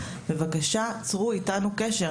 בבקשה ליצור איתנו קשר,